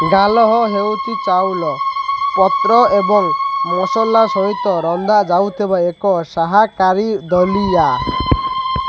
ଗାଲହୋ ହେଉଛି ଚାଉଳ ପତ୍ର ଏବଂ ମସଲା ସହିତ ରନ୍ଧା ଯାଇଥିବା ଏକ ଶାକାହାରୀ ଦଲିଆ